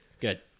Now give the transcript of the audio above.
good